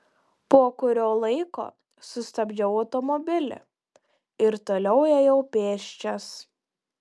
po kurio laiko sustabdžiau automobilį ir toliau ėjau pėsčias